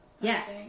Yes